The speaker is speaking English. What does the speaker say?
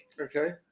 Okay